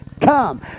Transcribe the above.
come